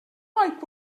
might